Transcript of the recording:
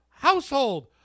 Household